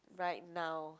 right now